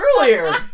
earlier